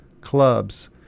clubs